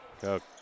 Coke